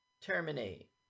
terminate